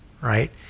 right